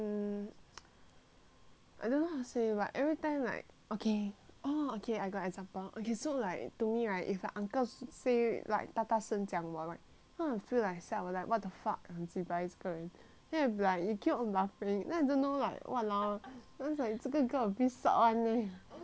I don't know how to say but everytime like okay oh okay I got example okay so like to me right if the uncle say like 大大声讲我 right then I will feel like what the fuck 很 jibai 这个人 then I will be like you keep on laughing then I don't know like !walao! then it's like 这个 girl a bit sot [one] leh